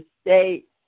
state